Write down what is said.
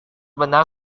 benar